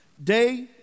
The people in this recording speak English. Day